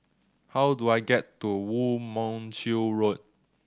how do I get to Woo Mon Chew Road